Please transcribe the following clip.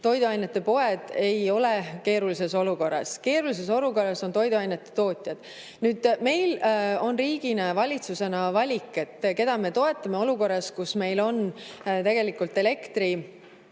Toiduainete poed ei ole keerulises olukorras. Keerulises olukorras on toiduainete tootjad. Meil riigi ja valitsusena on valik, keda me toetame olukorras, kus meil on elektrit